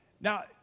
Now